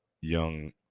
Young